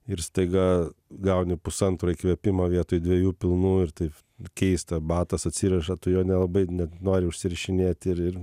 ir staiga gauni pusantro įkvėpimo vietoj dviejų pilnų ir taip keista batas atsiriša tu jo nelabai net nori užsirišinėti ir ir